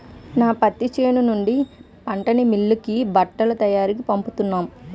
నా పత్తి చేను నుండి పంటని మిల్లుకి బట్టల తయారికీ పంపుతున్నాం